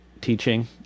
teaching